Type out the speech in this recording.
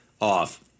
off